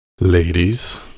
Ladies